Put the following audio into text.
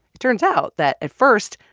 it turns out that, at first,